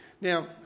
Now